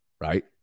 right